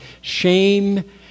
Shame